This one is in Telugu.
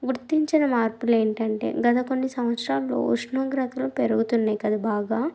గుర్తించిన మార్పులు ఏంటంటే గత కొన్ని సంవత్సరాలలో ఉష్ణోగ్రతలు పెరుగుతున్నాయి కదా బాగా